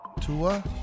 Tua